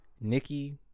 Nikki